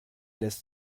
lässt